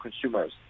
consumers